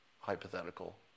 hypothetical